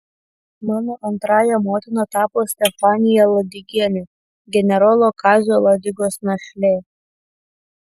mano antrąja motina tapo stefanija ladigienė generolo kazio ladigos našlė